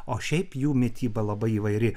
o šiaip jų mityba labai įvairi